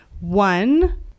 One